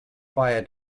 fire